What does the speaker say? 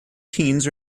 teens